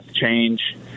change